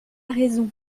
raison